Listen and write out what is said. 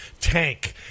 tank